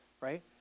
right